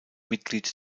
mitglied